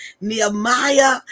Nehemiah